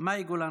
מאי גולן.